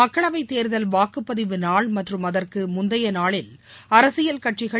மக்களவை தேர்தல் வாக்குப்பதிவு நாள் மற்றும் அதற்கு முந்தைய நாளில் அரசியல் கட்சிகள்